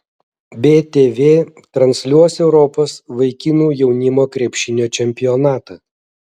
btv transliuos europos vaikinų jaunimo krepšinio čempionatą